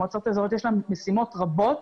יש להן משימות רבות,